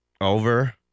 Over